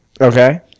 Okay